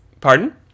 Pardon